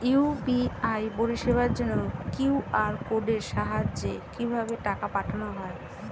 UPI পরিষেবার জন্য QR কোডের সাহায্যে কিভাবে টাকা পাঠানো হয়?